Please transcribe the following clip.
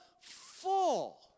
full